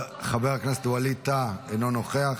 חבר הכנסת ווליד טאהא, אינו נוכח,